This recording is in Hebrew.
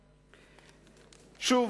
שוב,